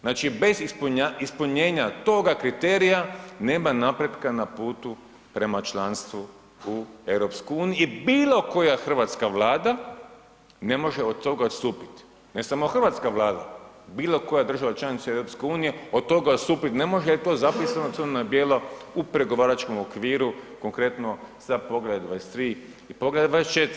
Znači, bez ispunjenja toga kriterija nema napretka na putu prema članstvu u EU i bilo koja hrvatska vlada ne može od toga odstupiti, ne samo hrvatska vlada, bilo koja država članica EU od toga odstupit ne može jer to je zapisano crno na bijelo u pregovaračkom okviru, konkretno za Poglavlje 23. i Poglavlje 24.